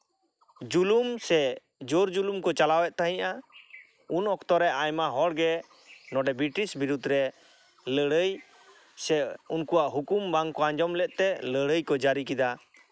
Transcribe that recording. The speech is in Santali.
ᱡᱩᱞᱩᱢ ᱥᱮ ᱡᱳᱨ ᱡᱩᱞᱩᱢ ᱠᱚ ᱪᱟᱞᱟᱣᱮᱫ ᱛᱟᱦᱮᱱᱟ ᱩᱱ ᱚᱠᱛᱚ ᱨᱮ ᱟᱭᱢᱟ ᱦᱚᱲᱜᱮ ᱱᱚᱰᱮ ᱵᱨᱤᱴᱤᱥ ᱵᱤᱨᱩᱫᱽ ᱨᱮ ᱞᱟᱹᱲᱦᱟᱹᱭ ᱥᱮ ᱩᱱᱠᱩᱣᱟᱜ ᱦᱩᱠᱩᱢ ᱵᱟᱝᱠᱚ ᱟᱸᱡᱚᱢ ᱞᱮᱫ ᱛᱮ ᱞᱟᱹᱲᱦᱟᱹᱭ ᱠᱚ ᱡᱟᱹᱨᱤ ᱠᱮᱫᱟ